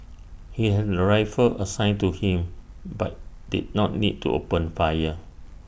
he had A rifle assigned to him but did not need to open fire